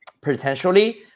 potentially